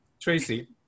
Tracy